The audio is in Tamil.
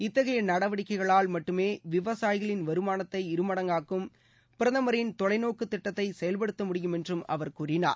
இத்தகைய நடவடிக்கைகளால் மட்டுமே விவசாயிகளின் வருமானத்தை இருமடங்காக்கும் பிரதமரின் தொலைநோக்கு திட்டத்தை செயல்படுத்த முடியும் என்று கூறினார்